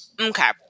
Okay